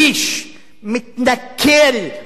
מתנכל ומתנכר.